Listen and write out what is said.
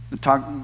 talk